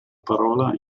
parola